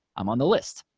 i'm on the list.